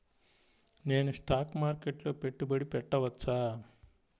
నేను స్టాక్ మార్కెట్లో పెట్టుబడి పెట్టవచ్చా?